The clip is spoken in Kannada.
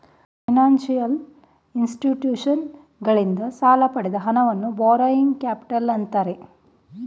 ಫೈನಾನ್ಸಿಯಲ್ ಇನ್ಸ್ಟಿಟ್ಯೂಷನ್ಸಗಳಿಂದ ಸಾಲ ಪಡೆದ ಹಣವನ್ನು ಬಾರೋಯಿಂಗ್ ಕ್ಯಾಪಿಟಲ್ ಅಂತ್ತಾರೆ